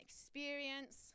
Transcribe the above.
experience